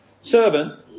servant